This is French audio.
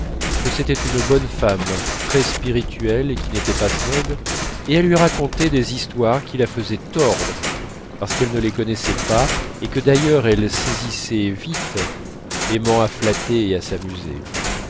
et à lui raconter des histoires qui la faisaient tordre parce qu'elle ne les connaissait pas et que d'ailleurs elle saisissait vite aimant à flatter et à s'amuser